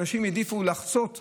אנשים העדיפו לחצות כבישים,